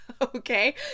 okay